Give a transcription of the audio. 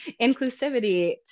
inclusivity